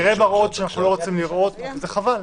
נראה מראות שאנחנו לא רוצים לראות וזה חבל.